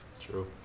True